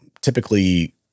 typically